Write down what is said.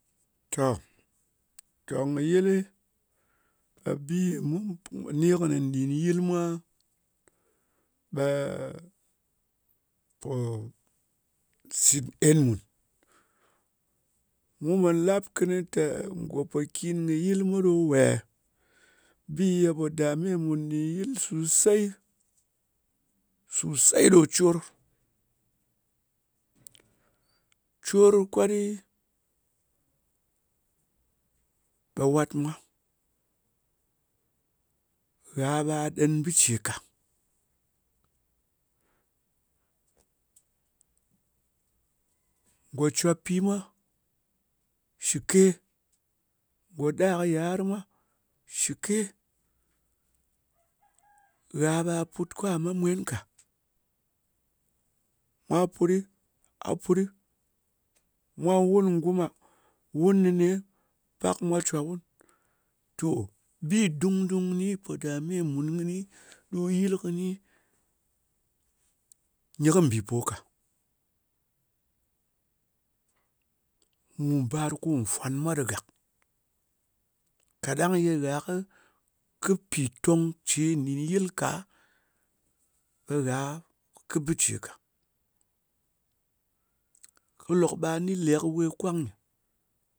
To, tòng kɨ yɨlɨ, kɨ bi mu pò ni kɨnɨ nɗin yɨl mwa, ɓe pò shit en mùn. Mu man lap kɨnɨ te, ngò pokin kɨ yɨl nyi ɗa we? Bi ye po dame mun nɗin yɨl sosey, susey ɗo cor. Cor, kwat ɗɨ, ɓe wat mwa. Gha ɓa ɗen bɨ ce ka. Ngò cwo pi mwa shlike, ngò da ka yiar mwa shɨke. Gha ɓe put ka me mwen ka. Mwa put ɗɨ, a put ɗɨ, mwa wun ngum-a? Wun nɨne, pak mwa cwa wun. To, bi dung-dung kɨni, pò dame mun ɗo yɨul kɨni, nyɨ kɨ mbìpo ka. Mu bar ko nfwàn mwa ɗɨ gàk. Kaɗang ye gha kɨ pitong ce nɗin yɨl ka, ɓe gha kɨ bɨ ce ka. Kɨ lok ɓa ni lek we kwang nyɨ,